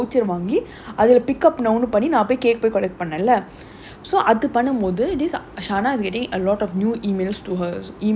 ஆமா ஆமா:aamaa aamaa ah so eight dollars birthday eight dollars வந்து:vanthu sign up பண்ணி அந்த:panni antha voucher வாங்கி அதுல:vaangi athula pick up now பண்ணி நா போயி:panni naa poyi capper collect பண்ணேன்ல:pannaenla